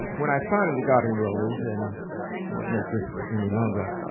um when i finally got enrolled and i won't make this any longer